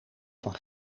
van